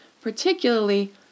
particularly